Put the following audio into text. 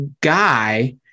guy